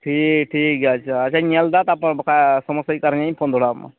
ᱴᱷᱤ ᱴᱷᱤᱠ ᱜᱮᱭᱟ ᱟᱪᱪᱷᱟ ᱟᱪᱪᱷᱟᱧ ᱧᱮᱞᱮᱫᱟ ᱛᱟᱯᱚᱨ ᱵᱟᱠᱷᱟᱡ ᱥᱚᱢᱳᱥᱟ ᱦᱩᱭᱩᱜ ᱠᱷᱟᱱ ᱟᱨᱚ ᱦᱟᱜ ᱤᱧ ᱯᱷᱳᱱ ᱫᱚᱲᱦᱟ ᱟᱢᱟ